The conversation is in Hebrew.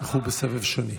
אנחנו בסבב שני.